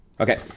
Okay